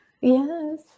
Yes